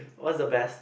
what's the best